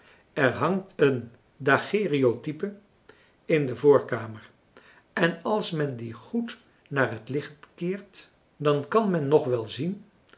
er hangt een daguerreotype in de voorkamer en als men die goed naar het licht keert dan kan men nog wel zien